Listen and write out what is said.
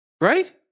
Right